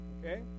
Okay